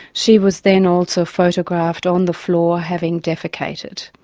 she was then also photographed on the floor, having defecated.